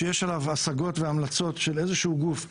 שיש עליו השגות וההמלצות של איזשהו גוף,